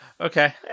Okay